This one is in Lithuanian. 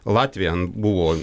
latvija buvo